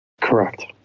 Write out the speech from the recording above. Correct